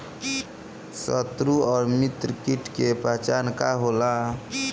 सत्रु व मित्र कीट के पहचान का होला?